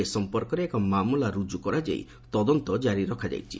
ଏ ସମ୍ପର୍କରେ ଏକ ମାମଲା ରୁଜୁ କରାଯାଇ ତଦନ୍ତ ଜାରି କରାଯାଇଛି